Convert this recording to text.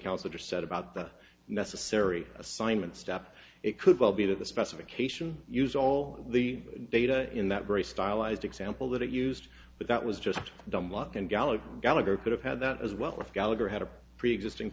counsel just said about that necessary assignment step it could well be that the specification used all the data in that very stylized example that it used but that was just dumb luck and gallop gallagher could have had that as well if gallagher had a preexisting